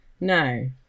No